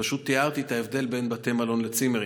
ופשוט תיארתי את ההבדל בין בתי מלון לצימרים.